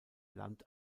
land